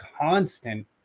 constant